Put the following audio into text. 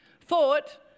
thought